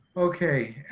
okay.